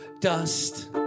Dust